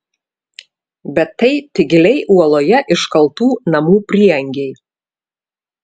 bet tai tik giliai uoloje iškaltų namų prieangiai